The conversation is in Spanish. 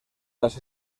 las